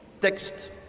text